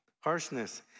harshness